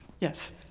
Yes